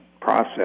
process